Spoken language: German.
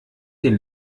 den